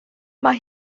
mae